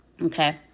okay